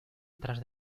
tras